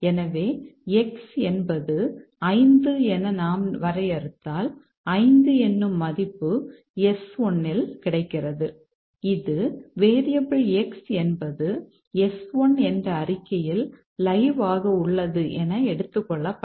எனவே X என்பது 5 என நாம் வரையறுத்தால் 5 என்னும் மதிப்பு S1 இல் கிடைக்கிறது இது வேரியபிள் X என்பது S1 என்ற அறிக்கையில் லைவ் ஆக உள்ளது என எடுத்துக் கொள்ளப்படும்